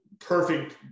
perfect